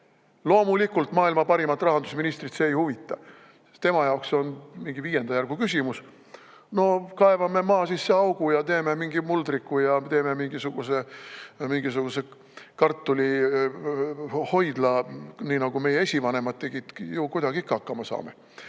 Loomulikult, maailma parimat rahandusministrit see ei huvita. Tema jaoks see on mingi viienda järgu küsimus. No kaevame maa sisse augu ja teeme mingi muldriku ja teeme mingisuguse kartulihoidla, nii nagu meie esivanemad tegid, ju kuidagi ikka hakkama saame.